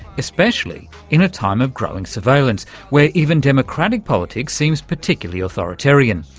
especially in a time of growing surveillance where even democratic politics seems particularly authoritarian,